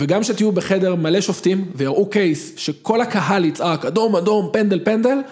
וגם שתהיו בחדר מלא שופטים ויראו קייס שכל הקהל יצעק "אדום אדום, פנדל פנדל"